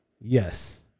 Yes